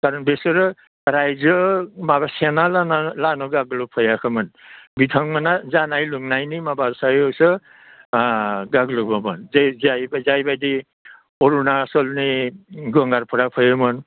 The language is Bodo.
कारन बिसोरो रायजो माबा सेना लाना गाग्लोबफैयाखैमोन बिथांमोना जानाय लोंनायनि माबा सायावसो गाग्लोबोमोन बे जाय जायबायदि अरुनाचलनि गंगारफोरा फैयोमोन